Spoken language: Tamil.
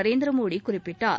நரேந்திரமோடி குறிப்பிட்டார்